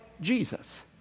Jesus